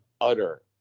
utter